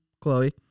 Chloe